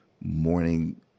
morning